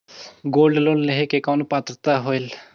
Gold loan लेहे के कौन पात्रता होएल?